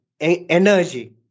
energy